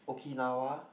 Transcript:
Okinawa